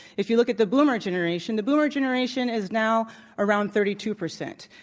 if you look at the boomer generation, the boomer generation is now around thirty two percent.